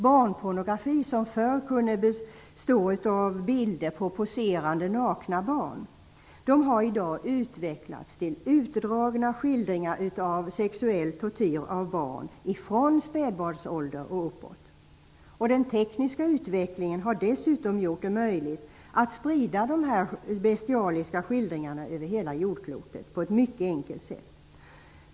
Barnpornografi, som förr kunde bestå av bilder av poserande nakna barn, har i dag utvecklats till utdragna skildringar av sexuell tortyr av barn, från spädbarnsålder och uppåt. Den tekniska utvecklingen har gjort det möjligt att på ett mycket enkelt sätt sprida dessa bestialiska skildringar över hela jordklotet.